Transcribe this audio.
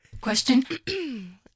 Question